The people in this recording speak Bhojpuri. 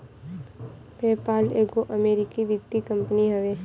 पेपाल एगो अमरीकी वित्तीय कंपनी हवे